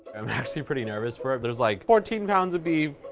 i'm actually pretty nervous for it. there's like fourteen pounds of beef,